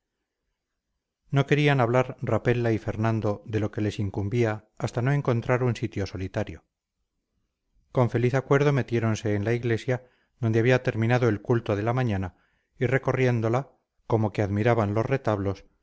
no querían hablar rapella y fernando de lo que les incumbía hasta no encontrar un sitio solitario con feliz acuerdo metiéronse en la iglesia donde había terminado el culto de la mañana y recorriéndola como que admiraban los retablos